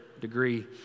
degree